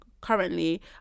currently